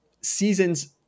seasons